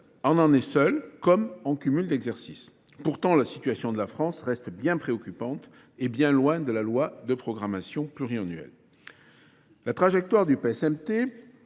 On en est seul, comme en cumul d'exercices. Pourtant, la situation de la France reste bien préoccupante et bien loin de la loi de programmation pluriannuelle.